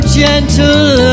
gentle